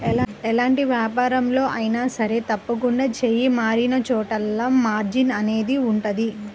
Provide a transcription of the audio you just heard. ఎలాంటి వ్యాపారంలో అయినా సరే తప్పకుండా చెయ్యి మారినచోటల్లా మార్జిన్ అనేది ఉంటది